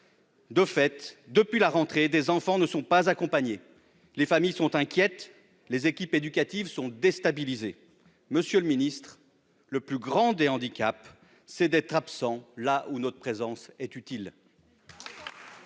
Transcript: De fait, depuis la rentrée, des enfants ne sont pas accompagnés, les familles sont inquiètes, les équipes éducatives sont déstabilisées. Monsieur le ministre, le plus grand handicap, c'est d'être absents là où notre présence est utile.